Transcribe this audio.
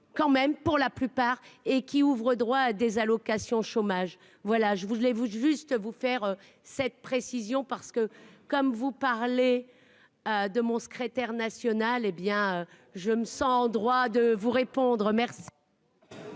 quand même pour la plupart, et qui ouvre droit à des allocations chômage, voilà, je voudrais vous juste vous faire cette précision parce que comme vous parlez de mon secrétaire national, hé bien, je me sens en droit de vous répondre, merci.